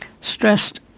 stressed